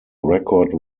record